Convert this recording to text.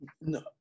No